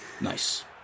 Nice